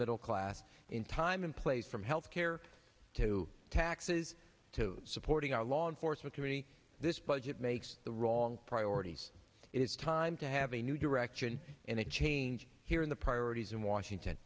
middle class in time in place from health care to taxes to supporting our law enforcement community this budget makes the wrong priorities it is time to have a new direction and a change here in the priorities in washington